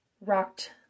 rocked